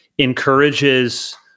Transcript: encourages